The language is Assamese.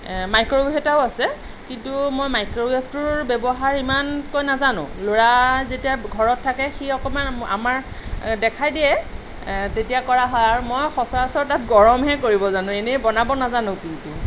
মাইক্ৰৱেভ এটাও আছে কিন্তু মই মাইক্ৰৱেভটোৰ ব্যৱহাৰ ইমানকৈ নাজানোঁ ল'ৰা যেতিয়া ঘৰত থাকে সি অকণমান আমাৰ দেখাই দিয়ে তেতিয়া কৰা হয় আৰু মই সচৰাচৰ তাত গৰমহে কৰিব জানোঁ এনেই বনাব নাজানোঁ কিন্তু